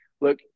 look